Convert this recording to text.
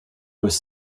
was